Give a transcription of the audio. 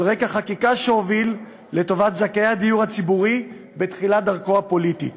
על רקע חקיקה שהוביל לטובת זכאי הדיור הציבורי בתחילת דרכו הפוליטית.